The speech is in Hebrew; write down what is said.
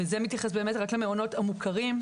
וזה מתייחס רק למעונות המוכרים,